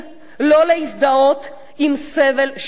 לא להזדהות עם סבל של אחרים.